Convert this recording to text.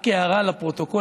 רק הערה לפרוטוקול,